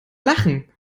lachen